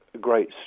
great